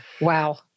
wow